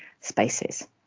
spaces